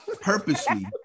purposely